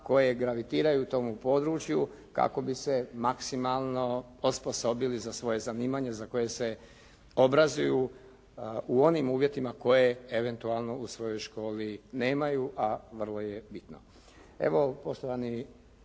koje gravitiraju tomu području kako bi se maksimalno osposobili za svoje zanimanje za koje se obrazuju u onim uvjetima koje eventualno u svojoj školi nemaju, a vrlo je bitno.